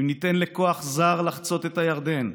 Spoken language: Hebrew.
אם ניתן לכוח זר לחצות את הירדן,